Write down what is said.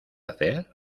hacer